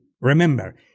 remember